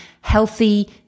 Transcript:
healthy